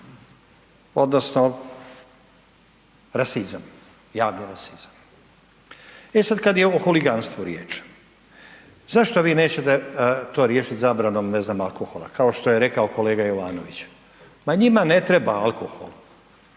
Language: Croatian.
odnosno rasizam, javni rasizam. E sada kada je o huliganstvu riječ, zašto vi nećete riješiti zabranom, ne znam, alkohola kao što je rekao kolega Jovanović? Ma njima ne treba alkohol,